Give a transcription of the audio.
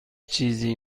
چیزی